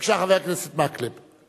בבקשה, חבר הכנסת מקלב.